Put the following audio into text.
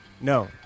No